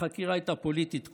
החקירה הייתה פוליטית כולה.